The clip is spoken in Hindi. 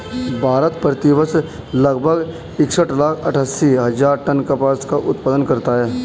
भारत, प्रति वर्ष लगभग इकसठ लाख अट्टठासी हजार टन कपास का उत्पादन करता है